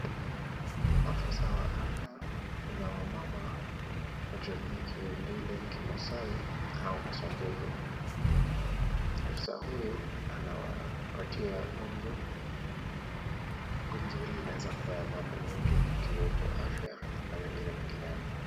Afisa wa afya na wamama wa jamii ya kirendile, kimasai au kisamburu. Afisa huyu anawapatia gumzo. Gumzo hii inaweza kuwa ya mambo mengi ikiwepo afya na mengine mengineo.